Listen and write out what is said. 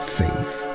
faith